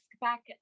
back